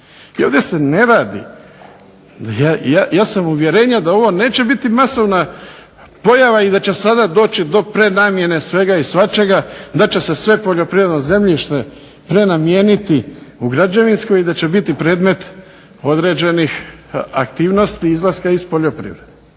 Ovdje se ne radi, ja sam uvjerenja da ovo neće biti masovna pojava i da će sada doći do prenamijene svega i svačega, da će se sve poljoprivredno zemljište prenamijeniti u građevinsko i da će biti predmet određenih aktivnosti izlaska iz poljoprivrede.